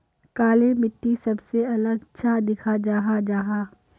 काली मिट्टी सबसे अलग चाँ दिखा जाहा जाहा?